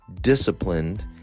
disciplined